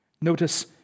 Notice